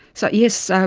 so yes, so